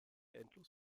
endlos